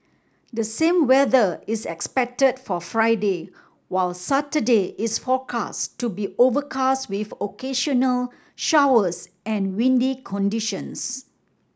the same weather is expected for Friday while Saturday is forecast to be overcast with occasional showers and windy conditions